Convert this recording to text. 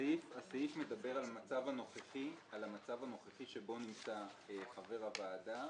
הסעיף מדבר על המצב הנוכחי שבו נמצא חבר הוועדה